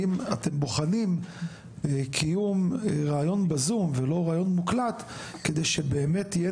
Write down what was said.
האם אתם בוחנים קיום ראיון בזום ולא ראיון מוקלט כדי שבאמת יהיה